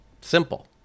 simple